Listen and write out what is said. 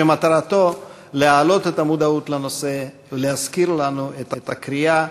שמטרתו להגביר את המודעות לנושא ולהזכיר לנו את הקריאה: